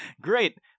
Great